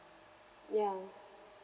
yeah